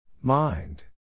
Mind